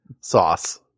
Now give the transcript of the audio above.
sauce